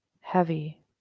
heavy